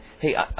Hey